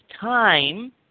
time